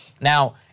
Now